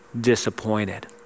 disappointed